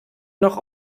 noch